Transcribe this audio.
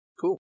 Cool